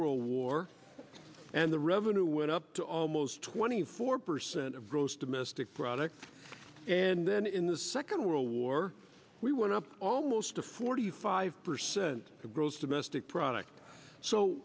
world war and the revenue went up to almost twenty four percent of gross domestic product and then in the second world war we went up almost to forty five percent of gross domestic product so